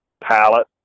palette